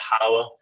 power